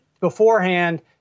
beforehand